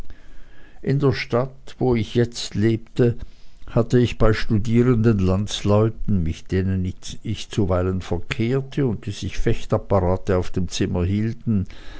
in der stadt wo ich jetzt lebte hatte ich bei studierenden landsleuten mit denen ich zuweilen verkehrte und die sich fechtapparate auf dem zimmer hielten